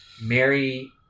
Mary